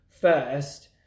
First